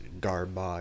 garbage